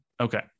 Okay